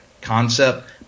concept